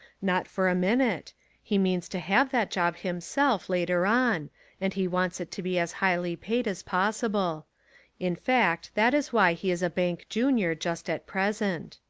not for a minute he means to have that job himself later on and he wants it to be as highly paid as possible in fact that is why he is a bank junior just at present.